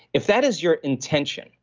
if that is your intention,